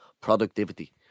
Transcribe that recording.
Productivity